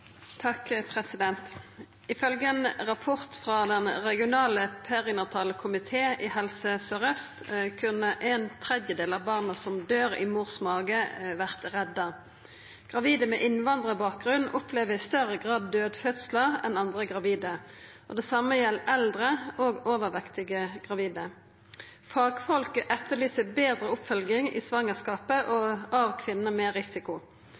Den regionale perinatale komité i Helse Sør-Øst kunne ein tredjedel av barna som døyr i mors mage, vore redda. Gravide med innvandrarbakgrunn opplever i større grad dødfødslar enn andre gravide, og det same gjeld eldre og overvektige gravide. Fagfolk etterlyser betre oppfølging i svangerskapet av kvinner med risiko.